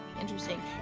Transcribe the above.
interesting